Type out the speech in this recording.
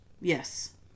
yes